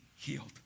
healed